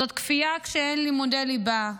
זאת כפייה כשאין לימודי ליבה,